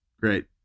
Great